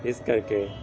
ਇਸ ਕਰਕੇ